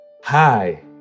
Hi